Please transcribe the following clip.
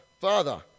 Father